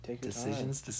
Decisions